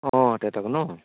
অঁ তেহেঁতক ন